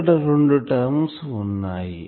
ఇక్కడ రెండు టర్మ్స్ వున్నాయి